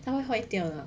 他会坏掉的